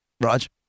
Raj